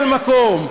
כל מקום.